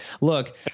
Look